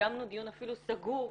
וקיימנו אפילו דיון סגור,